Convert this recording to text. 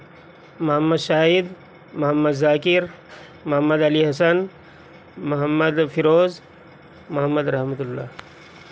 Muhammad Shahid Mohammad Zakir Mohammad Ali Hasan Mohammad Feroz Mohammad Rahmat Allah